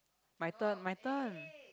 my turn my turn